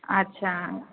अच्छा